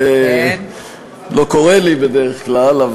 זה לא קורה לי בדרך כלל.